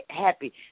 happy